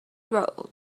robe